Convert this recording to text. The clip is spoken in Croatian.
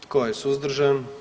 Tko je suzdržan?